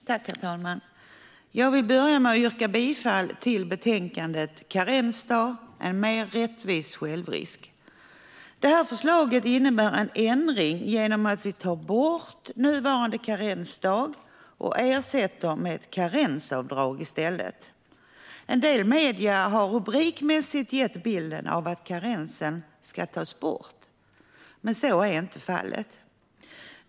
Herr talman! Jag vill börja med att yrka bifall till förslaget i betänkandet Karensavdrag - en mer rättvis självrisk . Det här förslaget innebär en ändring genom att vi tar bort nuvarande karensdag och ersätter den med karensavdrag i stället. I medierna har man i rubriker gett bilden av att karensen ska tas bort, men så är inte fallet.